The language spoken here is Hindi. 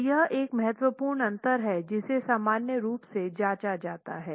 तो यह एक महत्वपूर्ण अंतर है जिसे सामान्य रूप से जांचा जाता है